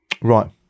Right